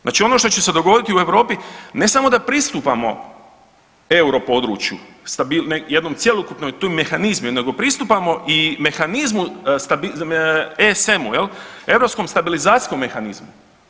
Znači ono što će se dogoditi u Europi ne samo da pristupamo europodručju jednom cjelokupnom tu mehanizmu nego pristupamo mehanizmu ESM-u jel Europskom stabilizacijskom mehanizmu.